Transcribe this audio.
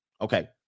Okay